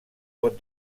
pot